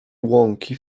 łąki